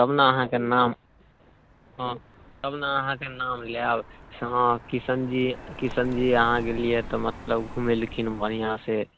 तब ने अहाँके नाम हँ तब ने अहाँके नाम लेब हँ किशनजी किशनजी यहाँ गेलिए तब मतलब घुमेलखिन बढ़िआँसँ